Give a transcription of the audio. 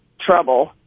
trouble